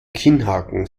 kinnhaken